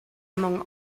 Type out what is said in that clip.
among